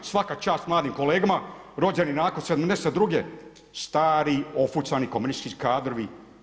Svaka čast mladim kolegama rođeni nakon '72. stari ofucani komunistički kadrovi.